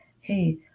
Hey